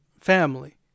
family